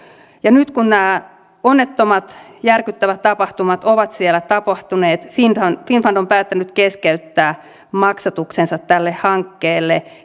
nyt kun nämä onnettomat järkyttävät tapahtumat ovat siellä tapahtuneet finnfund finnfund on päättänyt keskeyttää maksatuksensa tälle hankkeelle